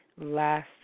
last